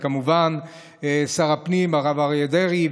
וכמובן שר הפנים הרב אריה דרעי,